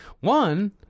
One